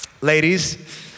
Ladies